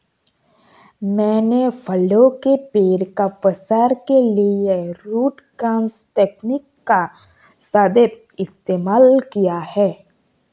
मैंने फलों के पेड़ का प्रसार के लिए रूट क्रॉस तकनीक का सदैव इस्तेमाल किया है